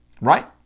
right